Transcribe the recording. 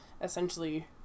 essentially